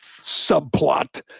subplot